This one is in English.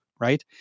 right